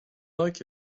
like